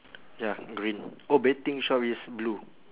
ya green oh betting shop is blue